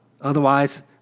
Otherwise